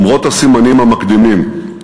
למרות הסימנים המקדימים,